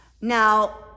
Now